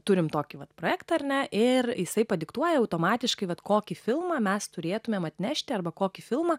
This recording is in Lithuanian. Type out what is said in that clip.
turime tokį vat projektą na ir jisai padiktuoja automatiškai vat kokį filmą mes turėtumėm atnešti arba kokį filmą